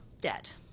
debt